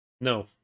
No